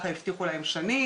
על הרגישויות,